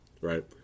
Right